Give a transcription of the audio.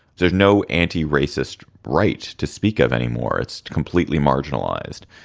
there's no anti-racist right to speak of anymore. it's completely marginalized,